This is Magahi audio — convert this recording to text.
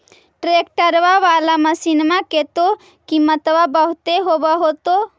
ट्रैक्टरबा बाला मसिन्मा के तो किमत्बा बहुते होब होतै?